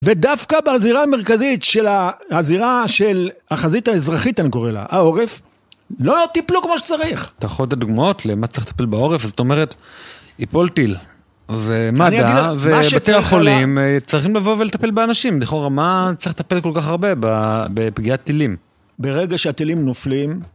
ודווקא בזירה המרכזית של הזירה של החזית האזרחית, אני קורא לה, העורף, לא טיפלו כמו שצריך. אתה יכול לדוגמאות למה צריך לטפל בעורף? זאת אומרת, יפול טיל, אז מד"א ובתי החולים צריכים לבוא ולטפל באנשים, בכל...מה, מה צריך לטפל כל כך הרבה בפגיעת טילים? ברגע שהטילים נופלים...